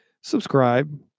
Subscribe